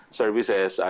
services